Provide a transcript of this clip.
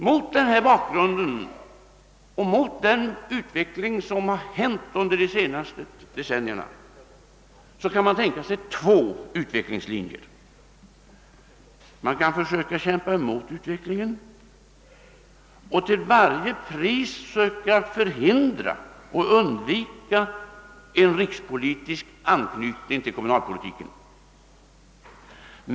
Mot denna bakgrund av den utveckling som har pågått under de senaste decennierna kan man tänka sig två utvecklingslinjer. Man kan försöka kämpa mot utvecklingen och till varje pris söka förhindra en rikspolitisk anknytning till kommunalpolitiken.